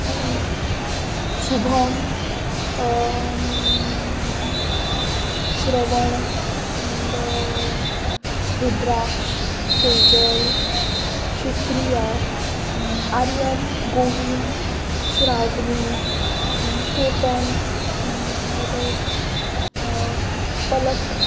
Shubham Shravan and Rudraksh Sejal शुक्रिया आर्यन गोविंद श्रावणी केतन वॉटयेल्स पलक